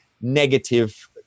negative